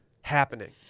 happening